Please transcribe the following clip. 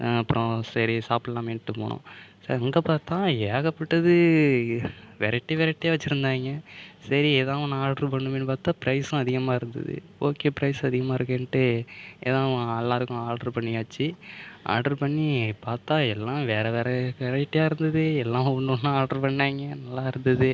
நான் அப்புறம் சரி சாப்பிட்லாமேன்ட்டு போனோம் சரி அங்கே பார்த்தா ஏகப்பட்டது வெரைட்டி வெரைட்டியாக வச்சிருந்தாங்க சரி எதோ ஒன்று ஆட்ரு பண்ணணுமேன்னு பார்த்தா பிரைஸும் அதிகமாக இருந்தது ஓகே ப்ரைஸ் அதிகமாக இருக்கேன்ட்டு எதோ எல்லாருக்கும் ஆட்ரு பண்ணியாச்சு ஆட்ரு பண்ணி பார்த்தா எல்லாம் வேற வேற வெரைட்டியாக இருந்தது எல்லாம் ஒன்று ஒன்றா ஆட்ரு பண்ணாங்க நல்லாயிருந்தது